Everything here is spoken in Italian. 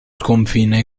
confine